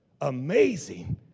amazing